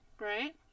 Right